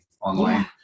online